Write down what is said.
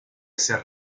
hacer